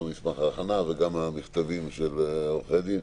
גם מסמך ההכנה וגם המכתבים של עורכי הדין,